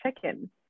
chicken